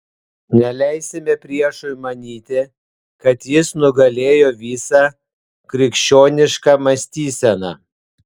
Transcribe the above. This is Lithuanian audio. neleisime priešui manyti kad jis nugalėjo visą krikščionišką mąstyseną